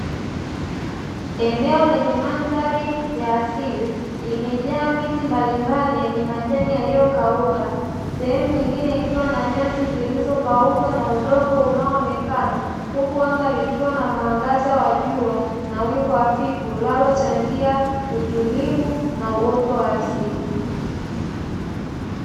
Eneo lenye mandhari ya asili limejaa miti mbalimbali yenye majani yaliyokauka, sehemu nyingine ikiwa na nyasi zilizopauka na udongo unao onekana, huku anga likiwa na mwangaza wa jua na wingu hafifu linalochangia utulivu na uoto wa asili.